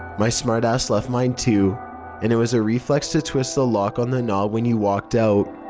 my smart ass left mine too and it was a reflex to twist the lock on the knob when you walked out.